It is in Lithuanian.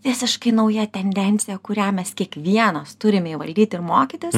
visiškai nauja tendencija kurią mes kiekvienas turime įvaldyt ir mokytis